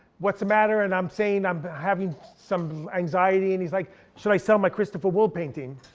what's the matter, and i'm saying i'm having some anxiety. and he's like should i sell my christopher wolf painting?